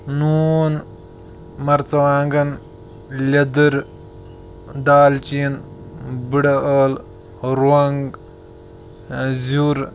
نوٗن مرژٕوانٛگن لیدٕر دالچیٖن بٕڈٕ ٲل رۄنٛگ زیُر